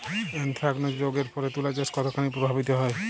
Anthracnose রোগ এর ফলে তুলাচাষ কতখানি প্রভাবিত হয়?